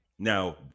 Now